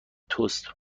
توست